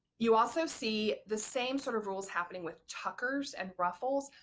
you also see the same sort of rules happening with tuckers and ruffles.